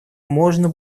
можно